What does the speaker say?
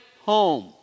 home